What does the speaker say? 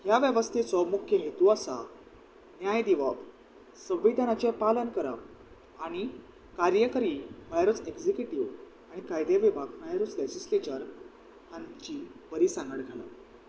ह्या वेवस्थेचो मुख्य हेतू आसा न्याय दिवप संविधानाचें पालन करप आनी कार्यकरी भायरूच एगक्जिक्युटीव आनी कायदे विभाग भायरूच लेजिस्लेचर हांची परिसांगड घालप